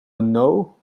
renault